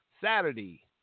Saturday